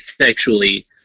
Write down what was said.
sexually